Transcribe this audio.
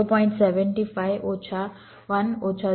75 ઓછા 1 ઓછા 0